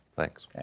thanks.